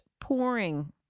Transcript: pouring